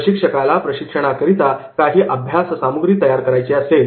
प्रशिक्षकाला प्रशिक्षणाकरिता काही अभ्यास सामग्री तयार करायची असेल